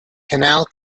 canal